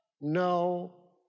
no